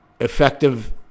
effective